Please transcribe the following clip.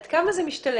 עד כמה זה משתלב?